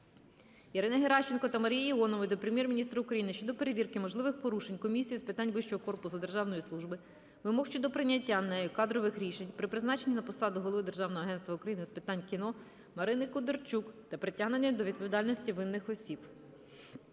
Ірини Геращенко та Марії Іонової до Прем'єр-міністра України щодо перевірки можливих порушень Комісією з питань вищого корпусу державної служби вимог щодо прийняття нею кадрових рішень при призначенні на посаду Голови Державного агентства України з питань кіно Марини Кудерчук та притягнення до відповідальності винних осіб